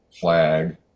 flag